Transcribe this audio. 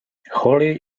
holly